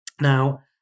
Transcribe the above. Now